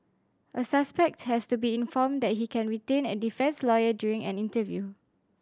a suspect has to be informed that he can retain a defence lawyer during an interview